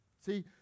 See